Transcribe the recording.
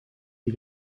die